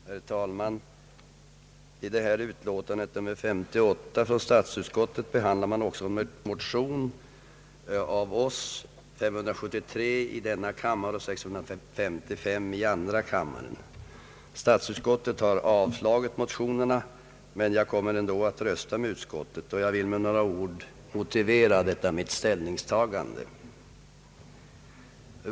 Herr talman! I detta statsutskottets utlåtande nr 58 behandlas också motionerna I: 573 och II: 655. Statsutskottet har avstyrkt dessa, men jag kommer ändå att rösta med utskottet och vill med några ord motivera detta mitt ställningstagande.